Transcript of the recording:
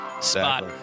spot